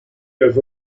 has